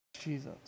Jesus